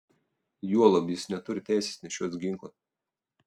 juolab jis neturi teisės nešiotis ginklą